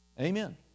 Amen